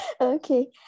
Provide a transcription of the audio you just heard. okay